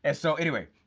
and so anyway,